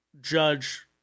judge